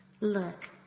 Look